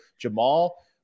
Jamal